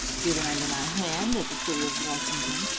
given under my hand, at the city of washington,